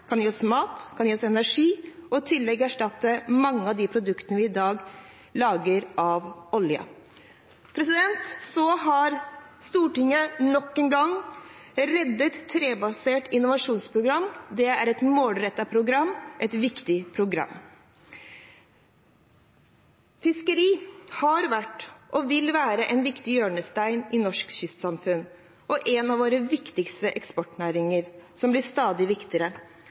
kan gi oss mat og energi og i tillegg erstatte mange av de produktene vi i dag lager av olje. Så redder Stortinget nok en gang trebasert innovasjonsprogram. Det er et målrettet program og et viktig program. Fiskeri har vært og vil være en viktig hjørnestein i norske kystsamfunn, og en av våre viktigste eksportnæringer, som blir stadig viktigere.